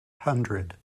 hundred